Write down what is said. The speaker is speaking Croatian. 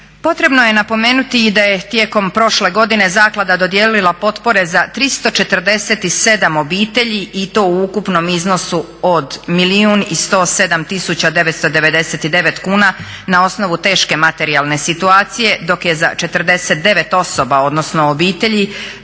Potrebno je napomenuti i da je tijekom prošle godine zaklada dodijelila potpore za 347 obitelji i to u ukupnom iznosu od 1 milijun i 107 tisuća 999 kuna na osnovu teške materijalne situacije, dok je za 49 osoba odnosno obitelji